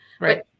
right